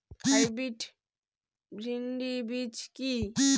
Hybrid ভীন্ডি বীজ কি?